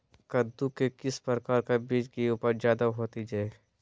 कददु के किस प्रकार का बीज की उपज जायदा होती जय?